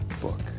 book